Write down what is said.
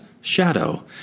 shadow